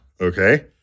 okay